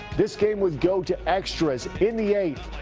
this game would go to extras. in the eighth.